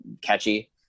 catchy